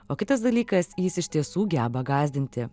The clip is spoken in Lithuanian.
o kitas dalykas jis iš tiesų geba gąsdinti